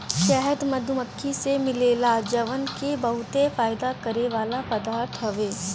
शहद मधुमक्खी से निकलेला जवन की बहुते फायदा करेवाला पदार्थ हवे